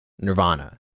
Nirvana